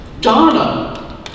Donna